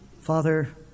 Father